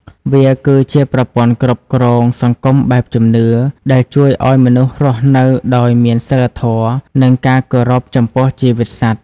វាគឺជាប្រព័ន្ធគ្រប់គ្រងសង្គមបែបជំនឿ ដែលជួយឱ្យមនុស្សរស់នៅដោយមានសីលធម៌ និងការគោរពចំពោះជីវិតសត្វ។